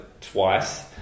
twice